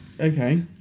Okay